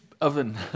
oven